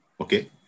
okay